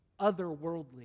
otherworldly